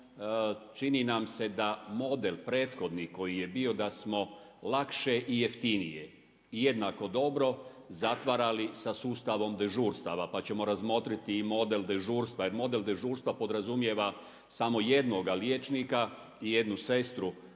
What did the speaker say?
čini nam se da modem prethodni koji je bio, da smo lakše i jeftinije i jednako dobro zatvarali sa sustavom dežurstava. Pa ćemo razmotriti i model dežurstva, jer model dežurstva podrazumijeva samo jednoga liječnika i jednu sestru